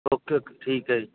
okay okay ਠੀਕ ਹੈ ਜੀ